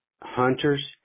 hunters